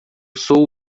sou